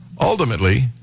Ultimately